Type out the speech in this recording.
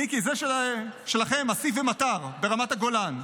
מיקי, זה שלכם, אסיף ומטר ברמת הגולן,